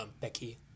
Becky